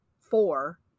four